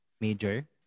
major